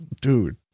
Dude